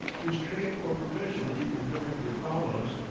whose trade or profession he invariably follows,